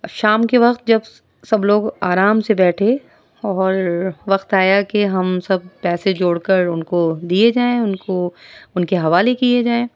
شام کے وقت جب سب لوگ آرام سے بیٹھے اور وقت آیا کہ ہم سب پیسے جوڑ کر ان کو دیے جائیں ان کو ان کے حوالے کیے جائیں